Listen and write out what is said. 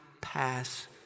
pass